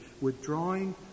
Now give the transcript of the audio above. withdrawing